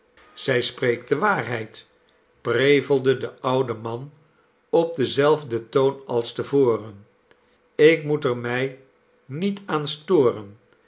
zij spreekt de waarheid prevelde de oude man op denzelfden toon als te voren ik moet er mij niet aan storen